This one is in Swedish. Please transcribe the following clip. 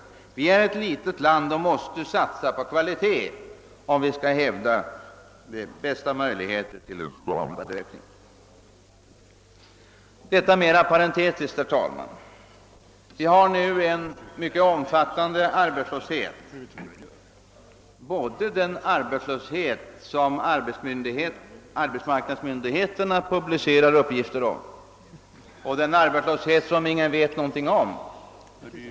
Sverige är ett litet land och måste satsa på kvalitet för att få de bästa möjligheterna till standardökning. Vi har nu en mycket omfattande arbetslöshet, både den arbetslöshet som arbetsmarknadsmyndigheterna publicerar upplysningar om och den arbetslöshet som ingen vet något om.